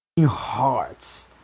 Hearts